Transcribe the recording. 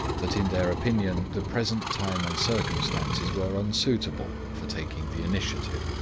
that in their opinion the present time and circumstances were unsuitable for taking the initiative.